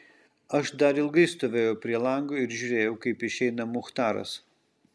aš dar ilgai stovėjau prie lango ir žiūrėjau kaip išeina muchtaras